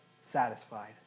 satisfied